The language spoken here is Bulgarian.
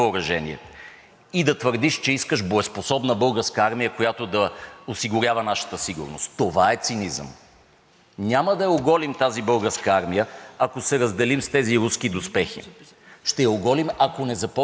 Няма да я оголим Българската армия, ако се разделим с тези руски доспехи. Ще я оголим, ако не започнем да ѝ осигуряваме нови, съвместими, модерни. Ако не сега, кога да го направим?